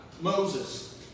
Moses